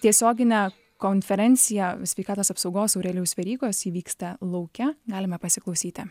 tiesioginę konferenciją sveikatos apsaugos aurelijaus verygos ji vyksta lauke galime pasiklausyti